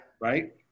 Right